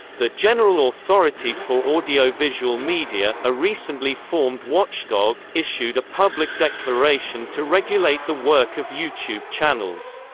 the general authority for audiovisual media, a recently formed watchdog, issued a public declaration to regulate the work of youtube channels.